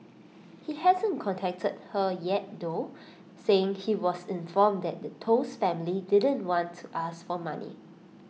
he hasn't contacted her yet though saying he was informed that Toh's family didn't want to ask for money